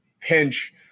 pinch